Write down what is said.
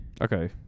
okay